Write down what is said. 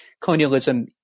colonialism